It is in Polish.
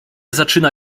zaczyna